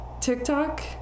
TikTok